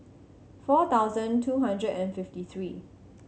four thousand two hundred and fifty three